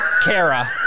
Kara